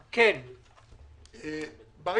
היום אני גם יושב-ראש ועדת התכנון